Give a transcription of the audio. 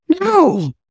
No